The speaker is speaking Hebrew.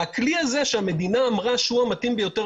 הכלי הזה שהמדינה אמרה שהוא המתאים ביותר